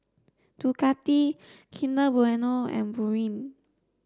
Ducati Kinder Bueno and Pureen